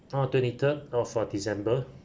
on twenty-third oh for december